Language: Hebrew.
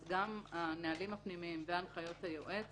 אז גם הנהלים הפנימיים והנחיות היועץ